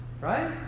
right